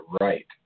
right